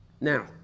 Now